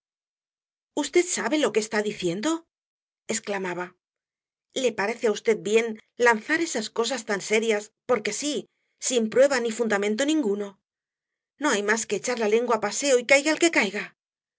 v sabe lo que está diciendo exclamaba le parece á v bien lanzar esas cosas tan serias porque sí sin prueba ni fundamento ninguno no hay más que echar la lengua á paseo y caiga el que caiga